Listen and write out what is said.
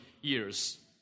years